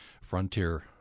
Frontier